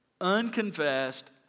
unconfessed